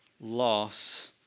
loss